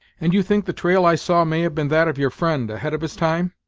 and you think the trail i saw may have been that of your friend, ahead of his time?